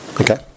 Okay